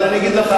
אבל אני אגיד לך,